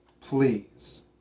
please